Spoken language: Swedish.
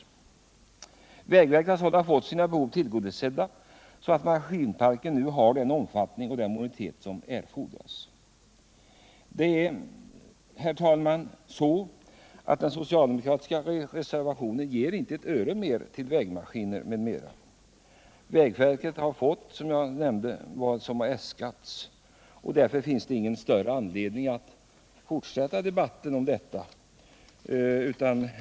Vägverket har sålunda fått sina behov tillgodosedda, så att maskinparken nu har den omfattning och modernitet som erfordras. Herr talman! Den socialdemokratiska reservationen ger inte ett öre mer till vägmaskiner m.m. Vägverket har fått vad som äskats, och därför finns det ingen större anledning att fortsätta debatten om detta.